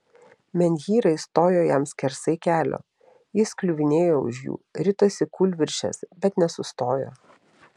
menhyrai stojo jam skersai kelio jis kliuvinėjo už jų ritosi kūlvirsčias bet nesustojo